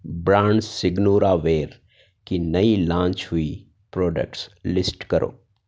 brand Signora Ware کی نئی launch ہوئی پراڈکٹس لسٹ کرو